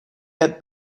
had